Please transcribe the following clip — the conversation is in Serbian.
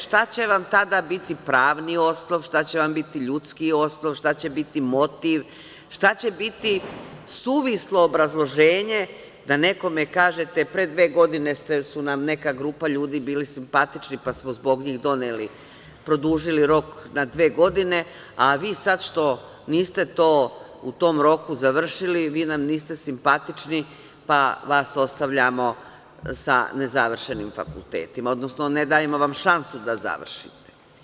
Šta će vam tada biti pravni osnov, šta će vam biti ljudski osnov, šta će biti motiv, šta će biti suvislo obrazloženje, da nekome kažete, pre dve godine su nam neka grupa ljudi bili simpatični, pa smo zbog njih doneli, produžili rok na dve godine, a vi sada što niste u tom roku razvršili, vi nam niste simpatični, pa vas ostavljamo sa ne završenim fakultetima, odnosno ne dajemo vam šansu da završite.